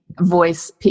voice